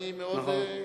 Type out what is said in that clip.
נכון.